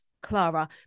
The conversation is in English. Clara